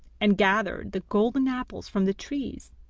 and gathered the golden apples from the trees,